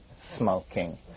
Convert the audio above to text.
smoking